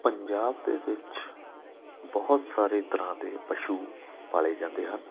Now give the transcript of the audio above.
ਪੰਜਾਬ ਦੇ ਵਿੱਚ ਬਹੁਤ ਸਾਰੇ ਤਰ੍ਹਾਂ ਦੇ ਪਸ਼ੂ ਪਾਲੇ ਜਾਂਦੇ ਹਨ